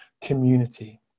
community